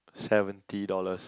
seventy dollars